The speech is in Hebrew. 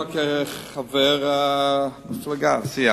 כחבר הסיעה.